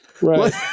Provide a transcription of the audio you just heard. Right